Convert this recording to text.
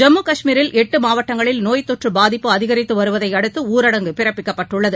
ஜம்மு காஷ்மீரில் எட்டு மாவட்டங்களில் நோய் தொற்று பாதிப்பு அதிகரித்து வருவதை அடுத்து ஊரடங்கு பிறப்பிக்கப்பட்டுள்ளது